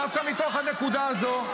דווקא מתוך הנקודה הזאת,